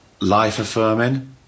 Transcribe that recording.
life-affirming